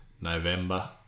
November